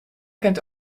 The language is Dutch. kent